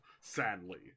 sadly